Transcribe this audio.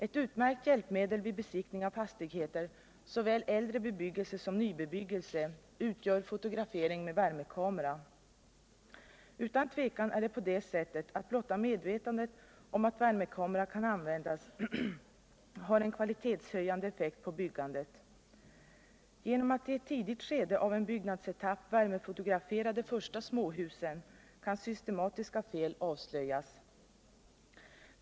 Ett utmärkt hjälpmedel vid besiktning av fastigheter, såväl äldre bebyggelse som nybebyggelse, utgör fotografering med värmekamera. Utan tvivel är det på det sättet att blotta medvetandet om att värmekamera kan användas har en kvalitetshöjande effekt på byggandet. Genom att iewt tidigt skede av en byggnadsetapp värmefotografera de första småhusen kan man avslöja systematiska fel.